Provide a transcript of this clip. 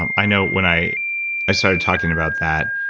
um i know when i i started talking about that,